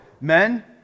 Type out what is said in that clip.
Men